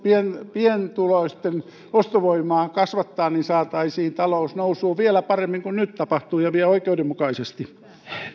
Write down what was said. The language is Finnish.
pienituloisten ostovoimaa kasvattaa niin että saataisiin talous nousuun vielä paremmin kuin nyt tapahtuu ja vielä oikeudenmukaisesti